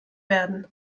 werden